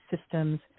systems